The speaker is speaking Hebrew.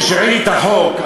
כשראיתי את החוק,